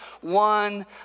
one